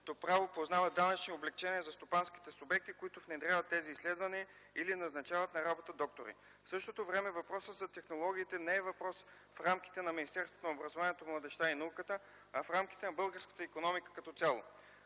право познава данъчни облекчения за стопанските субекти, които внедряват тези изследвания или назначават на работа доктори. В същото време въпросът за технологиите не е въпрос в рамките на Министерството на образованието, младежта и науката, а в рамките на българската икономика като цяло.